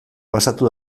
pasatu